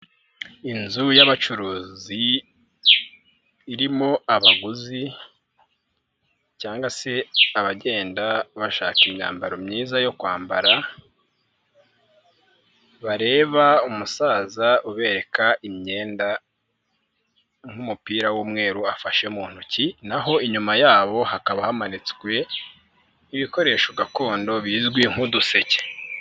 Inzu y'abacuruzi irimo abaguzi cyangwa se abagenda bashaka imyambaro myiza yo kwambara, bareba umusaza ubereka imyenda nk'umupira w'umweru afashe mu ntoki, na ho inyuma yabo hakaba hamanitswe ibikoresho gakondo bizwi nk'uduseke.